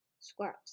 squirrels